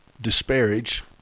disparage